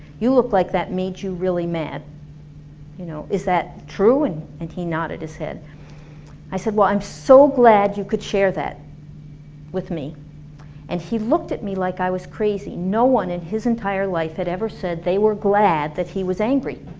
you look like that made you really mad you know, is that true? and and he nodded his head i said well i'm so glad you could share that with me and he looked at me liked like i was crazy, no one in his entire life had ever said they were glad that he was angry